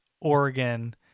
Oregon